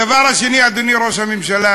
הדבר השני, אדוני ראש הממשלה,